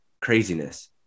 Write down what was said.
craziness